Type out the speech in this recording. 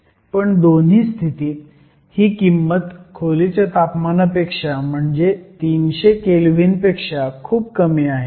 पण दोन्ही स्थितीत ही किंमत खोलीच्या तापमानापेक्षा म्हणजे 300 केल्व्हीन पेक्षा खूप कमी आहे